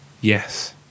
Yes